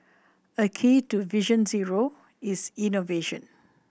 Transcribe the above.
a key to Vision Zero is innovation